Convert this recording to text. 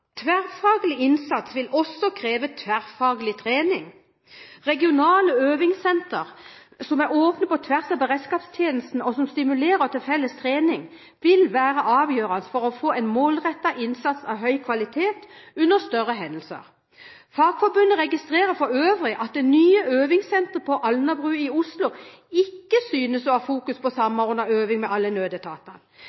Tverrfaglig innsats vil også kreve tverrfaglig trening. Regionale øvelsessentre som er åpne på tvers av beredskapstjenestene, og som stimulerer til felles trening, vil være avgjørende for å få en målrettet innsats av høy kvalitet under større hendelser. Fagforbundet registrerer for øvrig at det nye øvingssenteret på Alnabru i Oslo ikke synes å ha fokus på